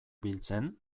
biltzen